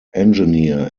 engineer